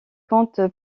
compte